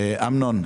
אמנון,